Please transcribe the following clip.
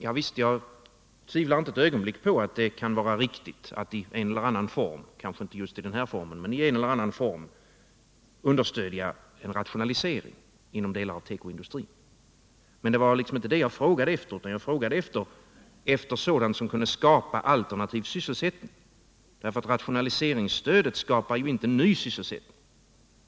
Ja visst, jag tvivlar inte ett ögonblick på att det kan vara riktigt att i en eller annan form — kanske inte i just den här formen — understödja en rationalisering inom delar av tekoindustrin. Men det var inte det jag frågade efter, utan jag frågade efter sådant som kunde skapa alternativ sysselsättning, för rationaliseringsstödet skapar ju inte ny sysselsättning.